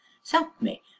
s'elp me,